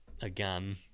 again